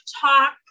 talk